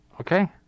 Okay